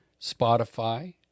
Spotify